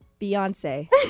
Beyonce